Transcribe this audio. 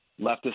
leftist